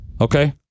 Okay